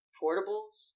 portables